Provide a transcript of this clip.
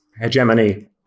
hegemony